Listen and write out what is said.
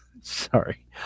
Sorry